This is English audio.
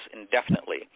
indefinitely